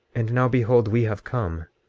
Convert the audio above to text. and now behold, we have come,